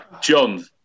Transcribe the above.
John